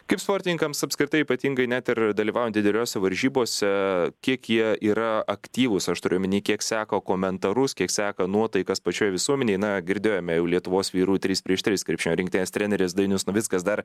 kaip sportininkams apskritai ypatingai net ir dalyvaujant dideliose varžybose kiek jie yra aktyvūs aš turiu omeny kiek seka komentarus kiek seka nuotaikas pačioj visuomenėj na girdėjome jau lietuvos vyrų trys prieš tris krepšinio rinktinės treneris dainius navickas dar